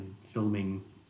filming